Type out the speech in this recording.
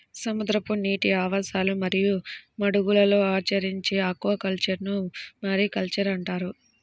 సముద్రపు నీటి ఆవాసాలు మరియు మడుగులలో ఆచరించే ఆక్వాకల్చర్ను మారికల్చర్ అంటారు